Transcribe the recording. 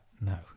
no